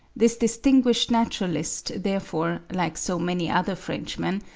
this distinguished naturalist, therefore, like so many other frenchmen,